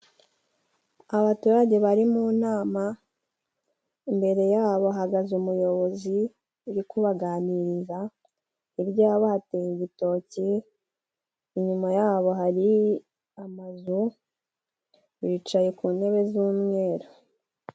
Abaturage bari mu nama ,imbere yabo hagaze umuyobozi uri kubaganirariza, irya yabo hateye urutoki, inyuma yabo hari amazu, bicaye ku ntebe z'umweru.